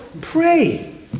Pray